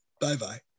Bye-bye